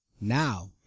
Now